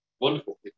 wonderful